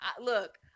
Look